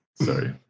Sorry